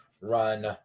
run